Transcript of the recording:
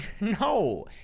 No